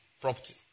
property